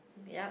yup